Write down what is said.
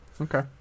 Okay